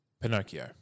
Pinocchio